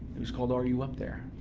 it was called, are you up there?